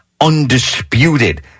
undisputed